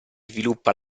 sviluppa